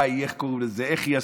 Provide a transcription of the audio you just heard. איך היא עשתה.